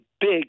big